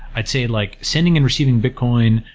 i'd say, like sending and receiving bitcoin,